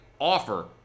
offer